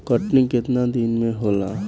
कटनी केतना दिन में होला?